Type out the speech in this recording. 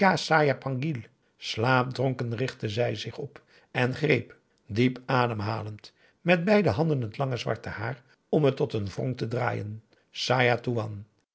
pangil slaapdronken richtte zij zich op en greep diep ademhalend met beide handen het lange zwarte haar om het tot een wrong te draaien saja